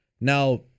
Now